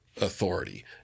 authority